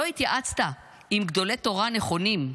לא התייעצת עם גדולי תורה 'נכונים'.